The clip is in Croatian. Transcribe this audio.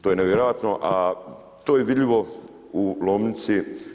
To je nevjerojatno, a to je vidljivo u Lomnici.